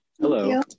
Hello